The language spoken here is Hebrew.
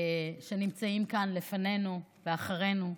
שנמצאים כאן לפנינו ואחרינו,